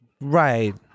Right